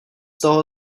toho